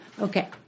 Okay